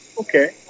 Okay